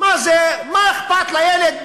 מה אכפת לילד,